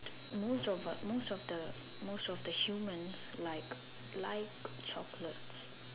most of the most the most of the humans like like chocolates